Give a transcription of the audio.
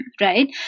right